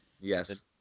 Yes